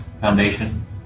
Foundation